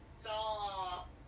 Stop